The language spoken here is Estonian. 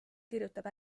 kirjutab